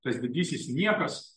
tas didysis niekas